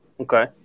Okay